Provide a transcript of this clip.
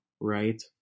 right